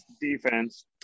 defense